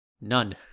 none